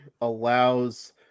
allows